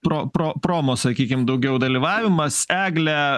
pro pro promo sakykim daugiau dalyvavimas egle